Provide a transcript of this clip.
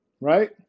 right